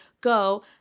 go